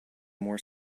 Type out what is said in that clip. more